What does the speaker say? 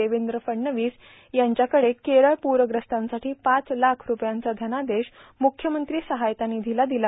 देवेंद्र फडणवीस यांच्याकडे केरळ पूरग्रस्तांसाठी पाच लाख रुपयांचा धनादेश मुख्यमंत्री सहायता निधीला दिला